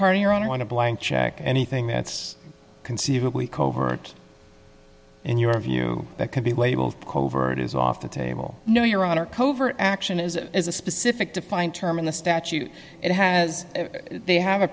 part of your own i want to blank check anything that's conceivably covert and you were a view that could be label of covert is off the table no your honor covert action is it as a specific defined term in the statute it has they have a